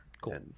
Cool